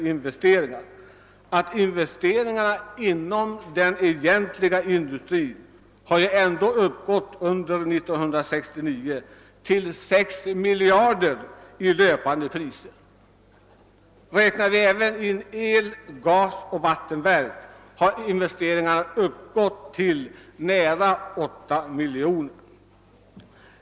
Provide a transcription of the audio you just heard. Man måste komma ihåg att investeringarna inom den egentliga industrin under 1969 har uppgått till 6 miljarder, räknar vi in även investeringarna i el-, gasoch vattenverk, utgör investeringarna nära 8 miljarder.